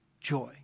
Joy